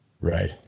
Right